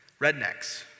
rednecks